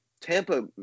Tampa